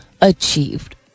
achieved